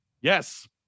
yes